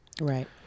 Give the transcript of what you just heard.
Right